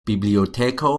biblioteko